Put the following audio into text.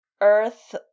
Earth